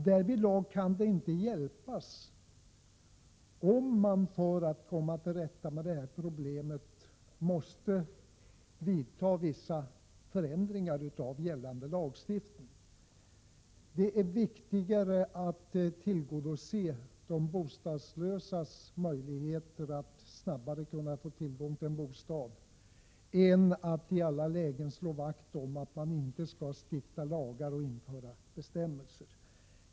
Därvidlag kan det inte hjälpas om man, för att komma till rätta med det här problemet, måste vidta vissa förändringar av gällande lagstiftning. Det är viktigare att tillgodose de bostadslösas möjligheter att snabbare få tillgång till en bostad än att i alla lägen slå vakt om att man inte skall stifta lagar och införa bestämmelser.